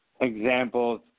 examples